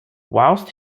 whilst